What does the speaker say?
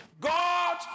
God